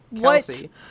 Kelsey